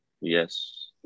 Yes